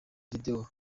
video